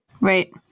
Right